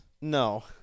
No